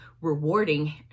rewarding